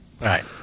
Right